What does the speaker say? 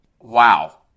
Wow